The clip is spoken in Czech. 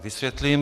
Vysvětlím.